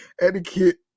etiquette